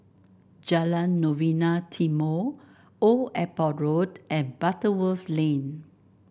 Jalan Novena Timor Old Airport Road and Butterworth Lane